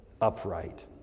upright